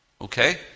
Okay